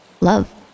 love